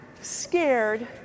scared